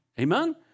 Amen